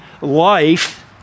life